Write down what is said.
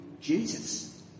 Jesus